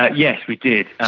ah yes, we did,